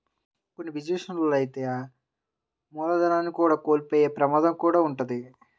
కొన్ని బిజినెస్ లలో అయితే మూలధనాన్ని కూడా కోల్పోయే ప్రమాదం కూడా వుంటది